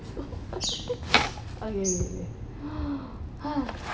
okay okay okay